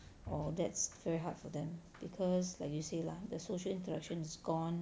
or that's very hard for them because like you say lah the social interaction is gone